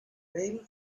rail